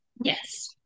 yes